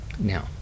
Now